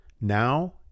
Now